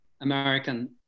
American